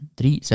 drie